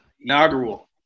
inaugural